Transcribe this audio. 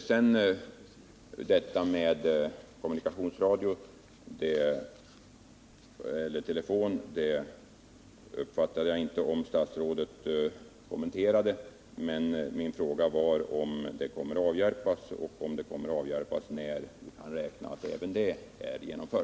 Sedan uppfattade jag inte om statsrådet kommenterade detta med kommunikationsradio eller telefon, men min fråga var, om detta system kommer att införas och i så fall när.